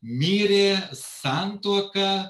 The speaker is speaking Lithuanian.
mirė santuoka